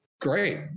great